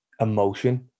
emotion